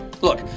Look